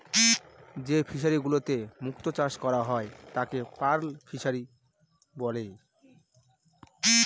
যে ফিশারিগুলোতে মুক্ত চাষ করা হয় তাকে পার্ল ফিসারী বলে